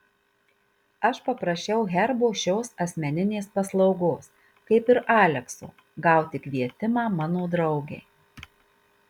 aš paprašiau herbo šios asmeninės paslaugos kaip ir alekso gauti kvietimą mano draugei